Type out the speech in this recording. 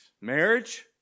marriage